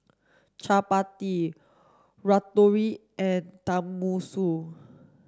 Chapati Ratatouille and Tenmusu